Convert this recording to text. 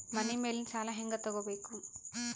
ಮನಿ ಮೇಲಿನ ಸಾಲ ಹ್ಯಾಂಗ್ ತಗೋಬೇಕು?